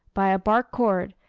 by a bark cord,